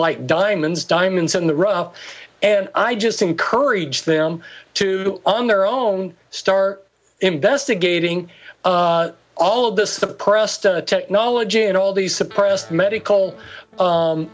like diamonds diamonds in the rough and i just encourage them to on their own star investigating all of this suppressed technology and all these suppressed medical